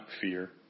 fear